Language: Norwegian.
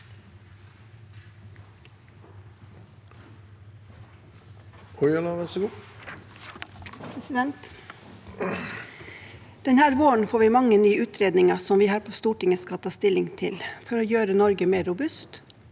Denne våren får vi mange nye utredninger som vi her på Stortinget skal ta stilling til for å gjøre Norge mer robust